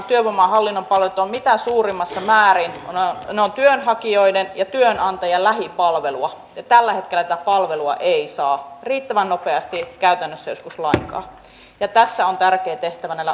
yksi kärkihanke on tämä työvoimahallinnon uudistaminen ja siinä nyt ollaan päästy sen verran pitkälle että me jo tiedämme vähän sen idean ja ajatuksen mikä tässä on tavallaan se juju